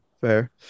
fair